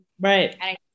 right